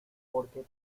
porque